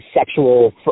sexual